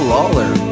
Lawler